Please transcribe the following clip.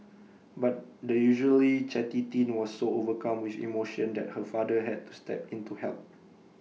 but the usually chatty teen was so overcome with emotion that her father had to step in to help